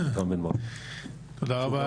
תודה רבה